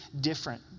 different